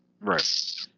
Right